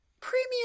premium